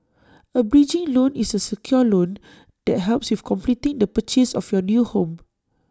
A bridging loan is A secured loan that helps with completing the purchase of your new home